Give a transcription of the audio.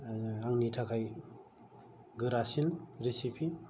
आंनि थाखाय गोरासिन रेसिपि